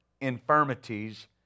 infirmities